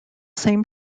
same